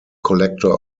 collector